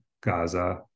Gaza